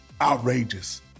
outrageous